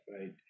right